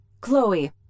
Chloe